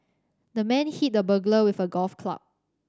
the man hit the burglar with a golf club